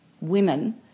women